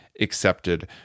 accepted